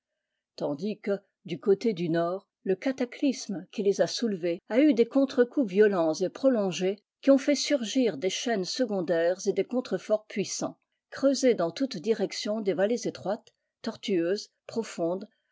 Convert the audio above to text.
tandis que du côté du nord le cataclysme qui les a soulevées a eu des contre coups violents et prolongés qui ont fait surgir des chaînes secondaires et des contre-forts puissants creusé dans toutes directions des vallées étroites tortueuses profondes